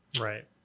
Right